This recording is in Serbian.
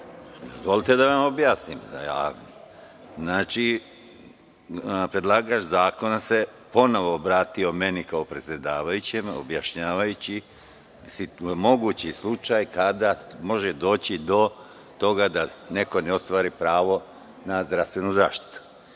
Dozvolite mi da vam objasnim. Predlagač zakona se ponovo vratio meni kao predsedavajućem objašnjavajući mogući slučaj kada može doći do toga da neko ne ostvari pravo na zdravstvenu zaštitu.